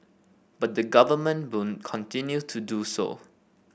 but the Government will continue to do so